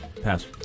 Pass